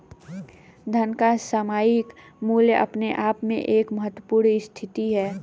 धन का सामयिक मूल्य अपने आप में एक महत्वपूर्ण स्थिति है